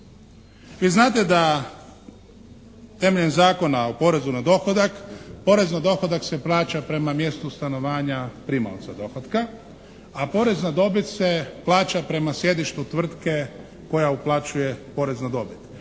Vi znate da temeljem Zakona o porezu na dohodak, porez na dohodak se plaća prema mjestu stanovanja primaoca dohotka a porez na dobit se plaća prema sjedištu tvrtke koja uplaćuje porez na dobit.